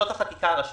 זו החקיקה הראשית